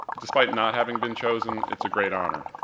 despite not having been chosen, it's a great honor.